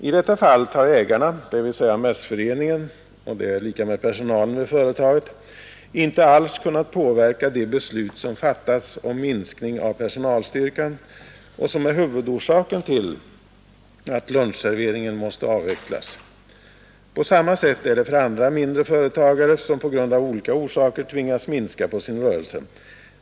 I detta fall har ägarna, dvs. mässföreningen som är lika med personalen vid företaget, inte alls kunnat påverka det beslut som fattats om minskning av personalstyrkan och som är huvudorsaken till att lunchserveringen måste avvecklas. På samma sätt är det för andra mindre företagare som på grund av olika orsaker tvingas minska sin rörelse.